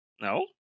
No